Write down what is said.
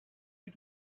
you